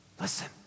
Listen